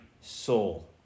soul